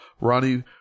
Ronnie